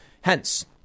Hence